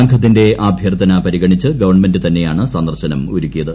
സംഘത്തിന്റെ അഭ്യർത്ഥന പരിഗണിച്ച് ഗവൺമെന്റ് തന്നെയാണ് സന്ദർശനം ഒരുക്കിയത്